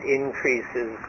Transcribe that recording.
increases